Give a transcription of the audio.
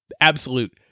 absolute